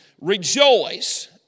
Rejoice